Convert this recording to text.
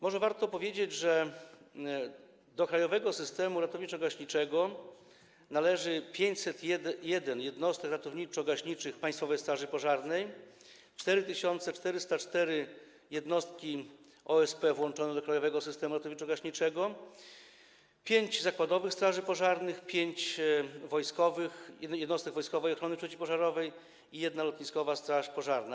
Może warto powiedzieć, że do krajowego systemu ratowniczo-gaśniczego należy 501 jednostek ratowniczo-gaśniczych Państwowej Straży Pożarnej, 4404 jednostki OSP włączone do krajowego systemu ratowniczo-gaśniczego, 5 zakładowych straży pożarnych, 5 jednostek wojskowej ochrony przeciwpożarowej i 1 lotniskowa straż pożarna.